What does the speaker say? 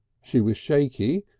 she was shaky,